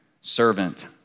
servant